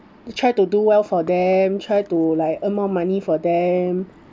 try to do well for them try to like earn more money for them